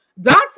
Dante